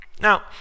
Now